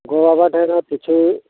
ᱜᱚᱼᱵᱟᱵᱟ ᱴᱷᱮᱱ ᱠᱷᱚᱱ ᱠᱤᱪᱷᱩ